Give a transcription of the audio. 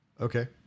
Okay